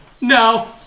No